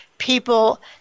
People